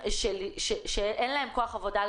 שטוענים שאין להם כוח עבודה,